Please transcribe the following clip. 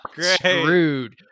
screwed